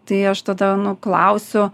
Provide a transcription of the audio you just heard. tai aš tada klausiu